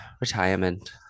retirement